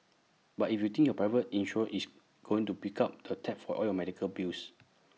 but if you think your private insurer is going to pick up the tab for all your medical bills